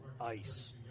ice